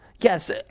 Yes